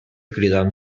cridant